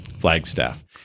Flagstaff